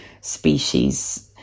species